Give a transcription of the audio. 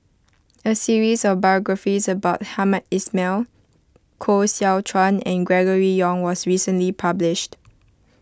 a series of biographies about Hamed Ismail Koh Seow Chuan and Gregory Yong was recently published